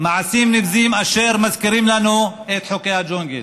מעשים נבזיים, אשר מזכירים לנו את חוקי הג'ונגל